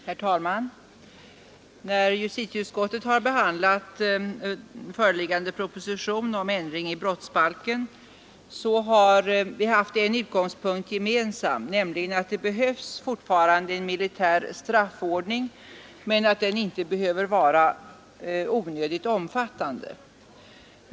Herr talman! När justitieutskottet har behandlat föreliggande proposition om ändring i brottsbalken har vi haft en utgångspunkt gemensam, nämligen att det fortfarande behövs en militär straffordning men att den inte skall vara onödigt omfattande.